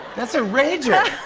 that's a rager.